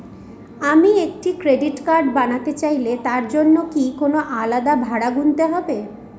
আমি একটি credit card বানাতে চাইলে তার জন্য কি কোনো আলাদা ভাড়া গুনতে হবে?